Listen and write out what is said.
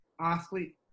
athlete